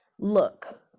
look